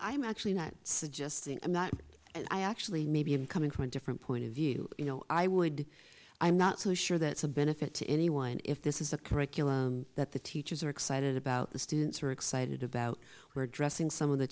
i'm actually not suggesting i'm not and i actually maybe i'm coming from a different point of view you know i would i'm not so sure that it's a benefit to anyone if this is a curriculum that the teachers are excited about the students are excited about were addressing some of the